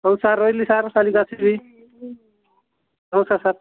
ହଉ ସାର୍ ରହିଲି ସାର କାଲିକି ଆସିବି ନମସ୍କାର ସାର